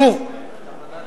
שוב, הכוונה,